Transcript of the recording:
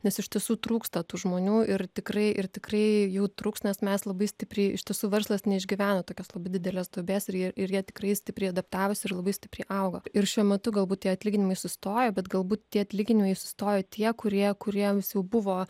nes iš tiesų trūksta tų žmonių ir tikrai ir tikrai jų trūks nes mes labai stipriai iš tiesų verslas neišgyvena tokios labai didelės duobės ir ir jie tikrai stipriai adaptavosi ir labai stipriai auga ir šiuo metu galbūt tie atlyginimai sustojo bet galbūt tie atlyginimai sustojo tie kurie kuriems jau buvo